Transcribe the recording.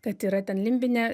kad yra ten limbinė